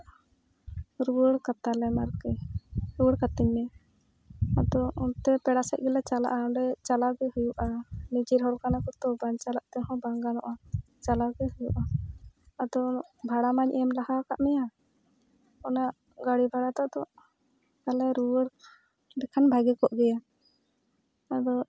ᱨᱩᱣᱟᱹᱲ ᱠᱟᱛᱟᱞᱮᱢ ᱟᱨᱠᱤ ᱨᱩᱣᱟᱹᱲ ᱠᱟᱛᱤᱧ ᱢᱮ ᱟᱫᱚ ᱚᱱᱛᱮ ᱯᱮᱲᱟ ᱥᱮᱫ ᱜᱮᱞᱮ ᱪᱟᱞᱟᱜᱼᱟ ᱚᱸᱰᱮ ᱪᱟᱞᱟᱣ ᱜᱮ ᱦᱩᱭᱩᱜᱼᱟ ᱱᱤᱡᱮᱨ ᱦᱚᱲ ᱠᱟᱱᱟ ᱠᱚᱛᱚ ᱵᱟᱝ ᱪᱟᱞᱟᱣ ᱛᱮᱦᱚᱸ ᱵᱟᱝ ᱜᱟᱱᱚᱜᱼᱟ ᱪᱟᱞᱟᱣ ᱜᱮ ᱦᱩᱭᱩᱜᱼᱟ ᱟᱫᱚ ᱵᱷᱟᱲᱟ ᱢᱟᱧ ᱮᱢ ᱞᱟᱦᱟᱣᱟᱠᱟᱫ ᱢᱮᱭᱟ ᱚᱱᱟ ᱜᱟᱹᱲᱤ ᱵᱷᱟᱲᱟ ᱫᱚ ᱟᱫᱚ ᱛᱟᱞᱦᱮ ᱨᱩᱣᱟᱹᱲ ᱞᱮᱠᱷᱟᱱ ᱵᱷᱟᱹᱜᱤ ᱠᱚᱜ ᱜᱮᱭᱟ ᱟᱫᱚ